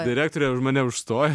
direktorė už mane užstojo